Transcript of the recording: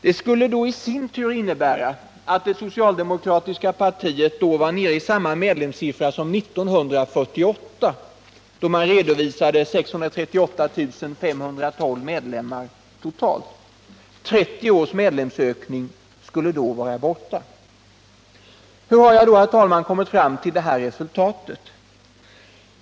Detta skulle i sin tur innebära att det socialdemokratiska partiet var nere i samma medlemstal som 1948, då man redovisade 638 512 medlemmar totalt. 30 års medlemsökning skulle då vara borta. Hur har jag då, herr talman, kommit fram till detta resultat?